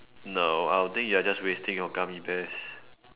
no I'll think you are just wasting your gummy bears